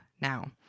now